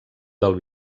del